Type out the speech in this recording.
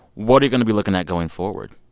what are you going to be looking at going forward?